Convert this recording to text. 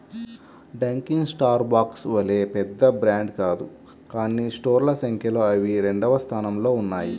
Dunkin Starbucks వలె పెద్ద brand కాదు కానీ స్టోర్ల సంఖ్యలో అవి రెండవ స్థానంలో ఉన్నాయి